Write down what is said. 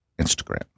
Instagram